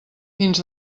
fins